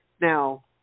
Now